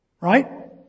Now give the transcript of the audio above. Right